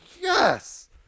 yes